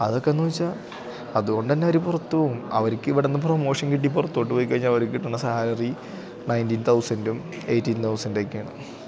അതൊക്കെ എന്നുവച്ചാല് അതുകൊണ്ടുതന്നെ അവര് പുറത്തുപോവും അവർക്ക് ഇവിടെനിന്നു പ്രൊമോഷൻ കിട്ടി പുറത്തോട്ട് പോയിക്കഴിഞ്ഞാല് അവർക്കു കിട്ടുന്ന സാലറി നയ്ൻറ്റിൻ തൗസൻറ്റും എയ്റ്റീൻ തൗസെൻ്റെുമൊക്കെയാണ്